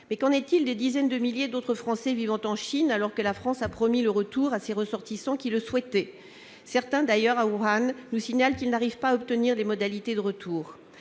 Mais qu'en est-il des dizaines de milliers d'autres Français vivant en Chine, alors que la France a promis le retour à ses ressortissants qui le souhaitent ? Certains d'entre eux, à Wuhan, nous signalent qu'ils n'arrivent pas à obtenir d'informations sur